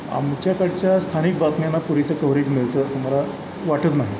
आमच्याकडच्या स्थानिक बातम्यांना पुरेसं कवरेज मिळतं असं मला वाटत नाही